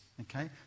okay